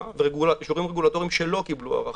ואישורים רגולטורים שלא קיבלו הארכה,